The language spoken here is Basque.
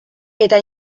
eta